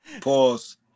Pause